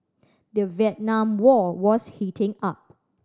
the Vietnam War was heating up